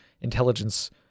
intelligence